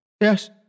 Yes